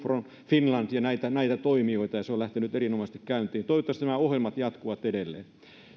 from finland ja näitä näitä toimijoita ja se on lähtenyt erinomaisesti käyntiin toivottavasti nämä ohjelmat jatkuvat edelleen